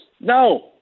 No